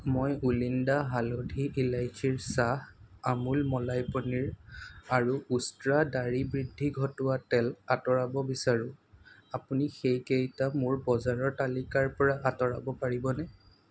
মই ওলিণ্ডা হালধি ইলাচিৰ চাহ আমুল মলাই পানীৰ আৰু উষ্ট্ৰা দাঢ়িৰ বৃদ্ধি ঘটোৱা তেল আঁতৰাব বিচাৰোঁ আপুনি সেইকেইটা মোৰ বজাৰৰ তালিকাৰ পৰা আঁতৰাব পাৰিবনে